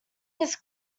his